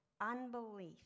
Unbelief